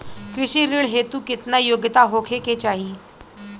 कृषि ऋण हेतू केतना योग्यता होखे के चाहीं?